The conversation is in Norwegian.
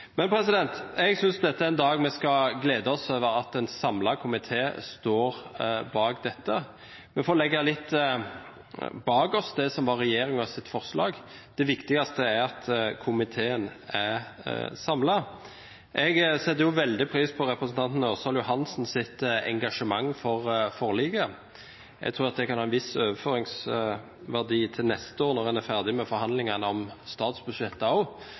Men jeg synes dette er en dag da vi skal glede oss over at en samlet komité står bak dette. Vi får legge litt bak oss det som var regjeringens forslag – det viktigste er at komiteen står samlet. Jeg setter veldig pris på representanten Ørsal Johansens engasjement for forliket. Jeg tror at det også kan ha en viss overføringsverdi til neste år, når en er ferdig med forhandlingene om statsbudsjettet,